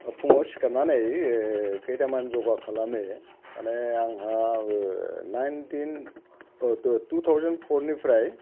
फुङाव सिखारनानै खैथामान जगार खालामो माने आंहा नाइनन्टिन टु थावजेन्ड फ'रनिफ्राय